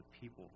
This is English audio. people